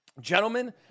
gentlemen